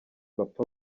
bapfa